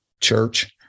church